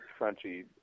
crunchy